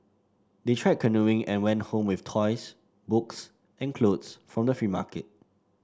they tried canoeing and went home with toys books and clothes from the free market